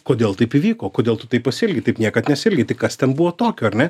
kodėl taip įvyko kodėl tu taip pasielgei taip niekad nesielgiai tai kas ten buvo tokio ar ne